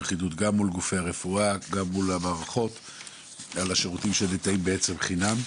חידוד מול גופי הרפואה לגבי השירותים שניתנים חינם.